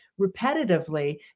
repetitively